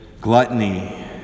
gluttony